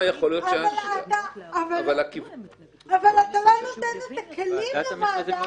אתה לא נותן את הכלים לוועדה.